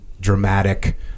dramatic